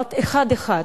עברת אחד-אחד,